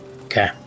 okay